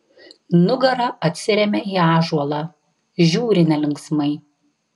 nugara atsiremia į ąžuolą žiūri nelinksmai